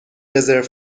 رزرو